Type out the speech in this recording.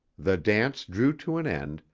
the dance drew to an end,